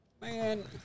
Man